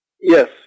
Yes